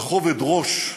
בכובד ראש.